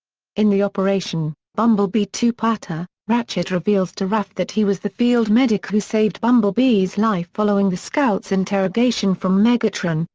in the operation bumblebee two-parter, ratchet reveals to raf that he was the field medic who saved bumblebee's life following the scout's interrogation from megatron,